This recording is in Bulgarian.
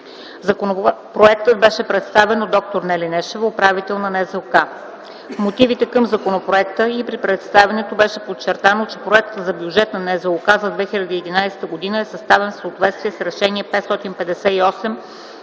Законопроектът беше представен от д-р Нели Нешева – управител на НЗОК. В мотивите към законопроекта и при представянето беше подчертано, че проектът за Бюджет за НЗОК за 2011 г. е съставен в съответствие с Решение № 558